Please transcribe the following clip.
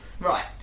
Right